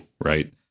right